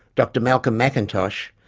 dr malcolm mcintosh,